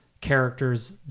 characters